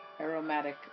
aromatic